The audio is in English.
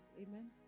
Amen